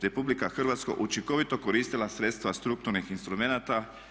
RH učinkovito koristila sredstva strukturnih instrumenata?